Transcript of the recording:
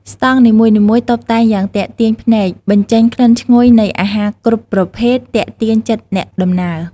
ស្តង់នីមួយៗតុបតែងយ៉ាងទាក់ទាញភ្នែក បញ្ចេញក្លិនឈ្ងុយនៃអាហារគ្រប់ប្រភេទទាក់ទាញចិត្តអ្នកដំណើរ។